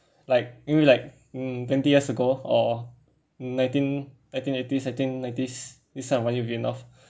like maybe like mm twenty years ago or nineteen nineteen eighties I think nineties this type of money will be enough